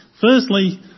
Firstly